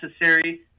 necessary